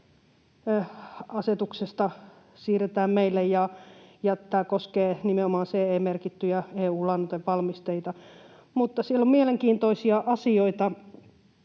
lannoiteasetuksesta siirretään meille, ja tämä koskee nimenomaan CE-merkittyjä EU-lannoitevalmisteita. Mutta siellä on mielestäni mielenkiintoisia asioita